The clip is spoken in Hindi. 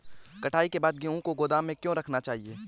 कटाई के बाद गेहूँ को गोदाम में क्यो रखना चाहिए?